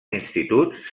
instituts